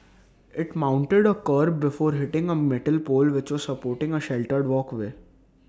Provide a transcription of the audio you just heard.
IT mounted A kerb before hitting A metal pole which was supporting A sheltered walkway